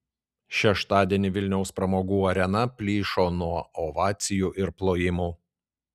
šeštadienį vilniaus pramogų arena plyšo nuo ovacijų ir plojimų